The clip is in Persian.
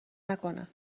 نکنه